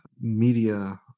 media